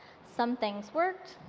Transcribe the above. some things worked,